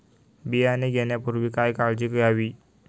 बियाणे घेण्यापूर्वी काय काळजी घ्यावी?